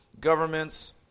governments